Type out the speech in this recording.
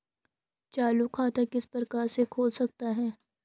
चालू खाता किस प्रकार से खोल सकता हूँ?